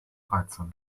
reize